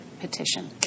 petition